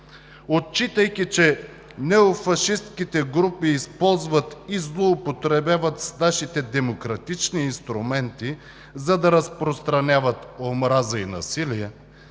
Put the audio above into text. отчитайки, че неофашистките групи използват и злоупотребяват с нашите демократични инструменти, за да разпространяват омраза и насилие,